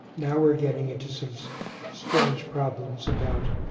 now we're getting into science strange problems about